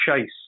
chase